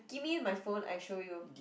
give me my phone I show you